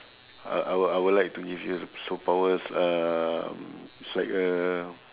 uh I w~ I would like to give you the superpowers um it's like a